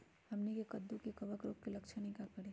हमनी के कददु में कवक रोग के लक्षण हई का करी?